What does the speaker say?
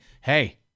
hey